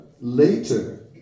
later